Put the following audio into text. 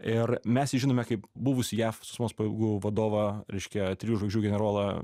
ir mes jį žinome kaip buvusį jav sausumos pajėgų vadovą reiškia trijų žvaigždžių generolą